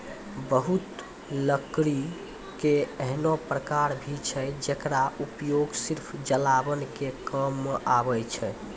बहुत लकड़ी के ऐन्हों प्रकार भी छै जेकरो उपयोग सिर्फ जलावन के काम मॅ आवै छै